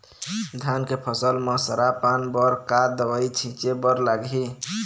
धान के फसल म सरा पान बर का दवई छीचे बर लागिही?